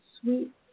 sweet